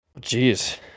Jeez